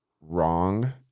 wrong